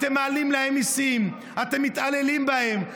אתם מעלים להם מיסים, אתם מתעללים בהם.